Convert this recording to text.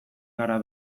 gara